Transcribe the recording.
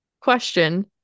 question